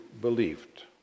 believed